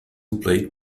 blade